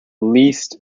least